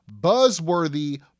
buzzworthy